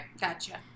gotcha